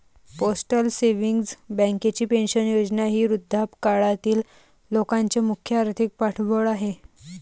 postal savings बँकेची पेन्शन योजना ही वृद्धापकाळातील लोकांचे मुख्य आर्थिक पाठबळ आहे